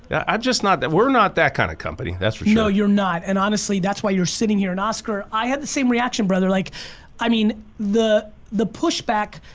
yeah i'm just not, we're not that kind of company, that's for sure. no you're not and honestly that's why you're sitting here and oscar, i had the same reaction, brother. like i mean the the pushback,